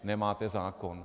Nemáte zákon!